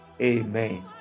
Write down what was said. Amen